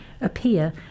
appear